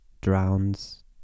drowns